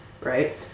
right